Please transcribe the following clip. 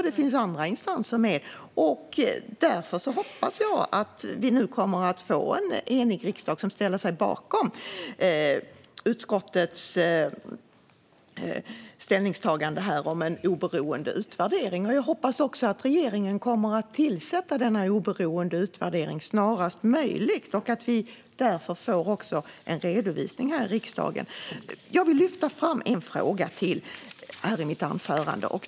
Det finns andra instanser med, och därför hoppas jag att vi nu kommer att få en enig riksdag som ställer sig bakom utskottets ställningstagande om en oberoende utvärdering. Jag hoppas att regeringen kommer att sörja för denna oberoende utvärdering snarast möjligt och att vi därmed får en redovisning här i riksdagen. Jag vill lyfta fram en fråga till i mitt inlägg här.